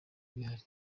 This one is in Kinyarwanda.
bihari